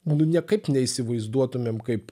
nu niekaip neįsivaizduotumėm kaip